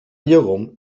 llegum